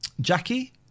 Jackie